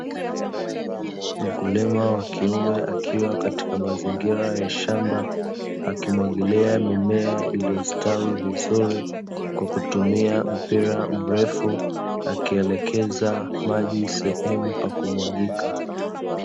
Mkulima wa kiume akiwa katika mazingira ya shamba akimwagilia mimea iliyostawi vizuri kwa kutumia mpira mrefu, akielekeza maji sehemu pakumwagika.